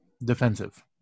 defensive